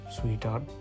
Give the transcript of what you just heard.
sweetheart